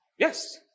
Yes